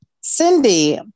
Cindy